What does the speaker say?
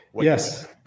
Yes